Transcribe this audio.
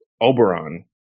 Oberon